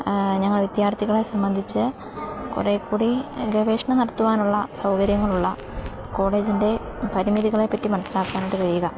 ഞങ്ങൾ വിദ്യാർത്ഥികളെ സംബന്ധിച്ച് കുറേക്കൂടി ഗവേഷണം നടത്തുവാനുള്ള സൗകര്യങ്ങളുള്ള കോളേജിൻ്റെ പരിമിതികളെപ്പറ്റി മനസ്സിലാക്കാനായിട്ട് കഴിയുക